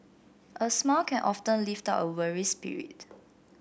a smile can often lift up a weary spirit